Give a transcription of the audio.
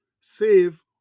save